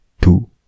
two